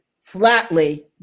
flatly